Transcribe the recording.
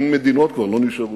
אין מדינות כבר, לא נשארו.